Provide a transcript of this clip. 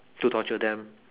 to torture them